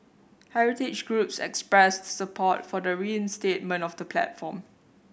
heritage groups expressed support for the reinstatement of the platform